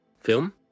Film